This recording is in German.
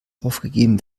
aufgegeben